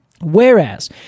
Whereas